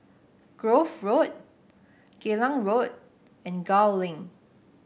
Grove Road Geylang Road and Gul Link